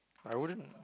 I wouldn't